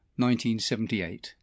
1978